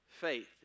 faith